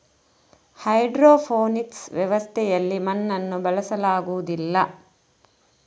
hydroponics ವ್ಯವಸ್ಥೆಯಲ್ಲಿ ಮಣ್ಣನ್ನು ಬಳಸಲಾಗುವುದಿಲ್ಲ